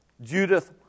Judith